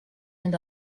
and